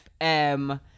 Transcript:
FM